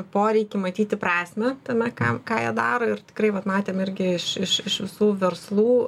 poreikį matyti prasmę tame ką ką jie daro ir tikrai vat matėm irgi iš iš iš visų verslų